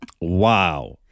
Wow